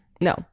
No